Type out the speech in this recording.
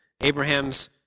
Abraham's